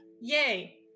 Yay